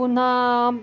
पुन्हा